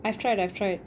I've tried I've tried